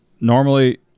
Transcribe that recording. normally